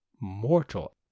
mortal